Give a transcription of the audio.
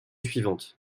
suivante